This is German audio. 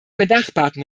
benachbarten